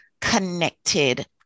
connected